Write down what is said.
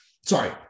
sorry